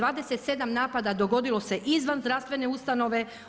27 napada dogodilo se izvan zdravstvene ustanove.